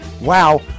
Wow